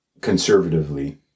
conservatively